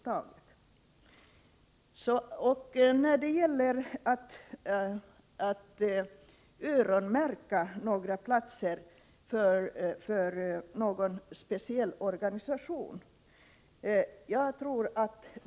Jag tror alltså att det är onödigt att öronmärka några platser för någon speciell organisation.